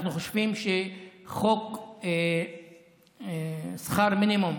אנחנו חושבים שחוק שכר מינימום,